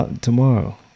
Tomorrow